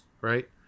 right